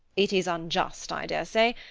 it is unjust, i dare say,